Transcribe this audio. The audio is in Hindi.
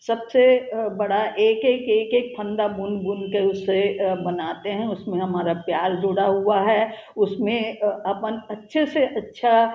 सबसे बड़ा एक एक एक एक फंदा बुन बुन के उसे बनाते हैं उसमें हमारा प्यार जुड़ा हुआ है उसमें अपन अच्छे से अच्छा